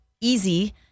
easy